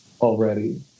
already